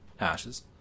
Ashes